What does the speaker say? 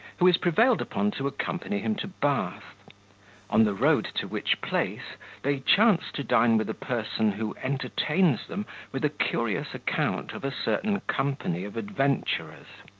who is prevailed upon to accompany him to bath on the road to which place they chance to dine with a person who entertains them with a curious account of a certain company of adventurers.